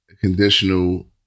conditional